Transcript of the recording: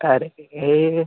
है र एह्ऽ